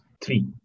three